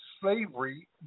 slavery